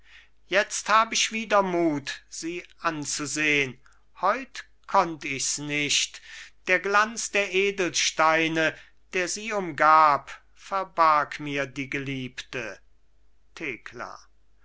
jetzt hab ich wieder mut sie anzusehn heut konnt ichs nicht der glanz der edelsteine der sie umgab verbarg mir die geliebte thekla